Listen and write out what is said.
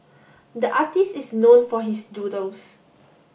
the artist is known for his doodles